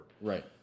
Right